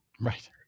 Right